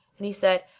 and he said,